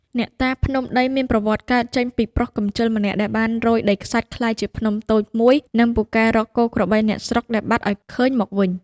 អ្នកតាភ្នំដីមានប្រវត្តិកើតចេញពីប្រុសកម្ជឹលម្នាក់ដែលបានរោយដីខ្សាច់ក្លាយជាភ្នំតូចមួយនិងពូកែរកគោក្របីអ្នកស្រុកដែលបាត់ឲ្យឃើញមកវិញ។